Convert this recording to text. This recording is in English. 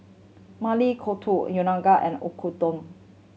Maili Kofta Unagi and Oyakodon